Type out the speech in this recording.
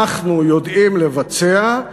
אנחנו יודעים לבצע,